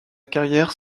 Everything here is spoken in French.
carrière